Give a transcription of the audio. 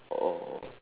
oh